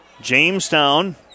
Jamestown